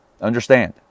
Understand